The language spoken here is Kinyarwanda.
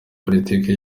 politiki